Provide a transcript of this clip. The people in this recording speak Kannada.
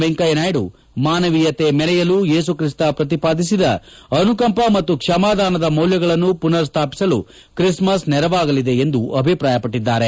ವೆಂಕಯ್ಥನಾಯ್ತು ಮಾನವೀಯತೆ ಮರೆಯಲು ಯೇಸುಕ್ತಿಸ್ತ ಪ್ರತಿಪಾದಿಸಿದ ಅನುಕಂಪ ಮತ್ತು ಕ್ಷಮಾದಾನದ ಮೌಲ್ಯಗಳನ್ನು ಮನರ್ ಸ್ಥಾಪಿಸಲು ಕ್ರಿಸ್ಮಸ್ ನೆರವಾಗಲಿದೆ ಎಂದು ಅಭಿಪ್ರಾಯವಟ್ಟಿದ್ದಾರೆ